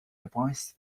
device